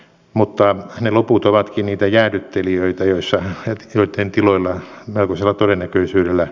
mutta ne loput ovatkin niitä jäähdyttelijöitä joissa he nytkin tiloilla melkoisella todennäköisyydellä